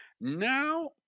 Now